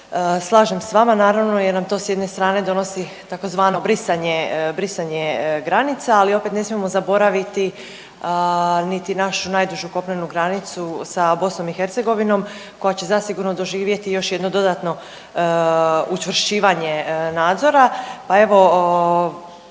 slažem s vama naravno jer nam to s jedne strane donosi tzv. brisanje, brisanje granica, ali opet ne smijemo zaboraviti niti našu najdužu kopnenu granicu sa BiH koja će zasigurno doživjeti još jedno dodatno učvršćivanje nadzora, pa evo